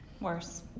Worse